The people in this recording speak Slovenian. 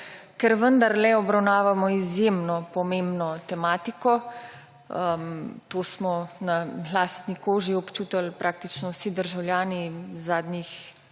ker vendarle obravnavamo izjemno pomembno tematiko, kar smo na lastni kožni občutili praktično vsi državljani v zadnjih